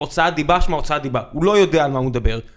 הוצאת דיבה שמהוצאת דיבה, הוא לא יודע על מה הוא דבר